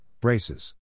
braces